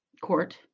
court